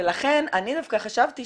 ולכן אני דווקא חשבתי